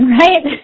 right